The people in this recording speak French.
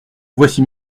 voici